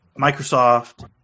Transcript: Microsoft